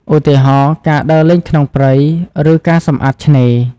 ឧទាហរណ៍ ការដើរលេងក្នុងព្រៃ ឬការសម្អាតឆ្នេរ។